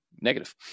negative